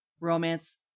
romance